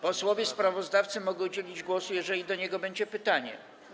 Posłowi sprawozdawcy mogę udzielić głosu, jeżeli do niego jest pytanie.